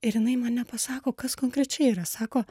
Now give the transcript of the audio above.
ir jinai man nepasako kas konkrečiai yra sako